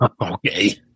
okay